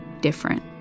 different